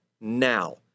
now